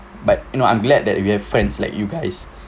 but you know I'm glad that we have friends like you guys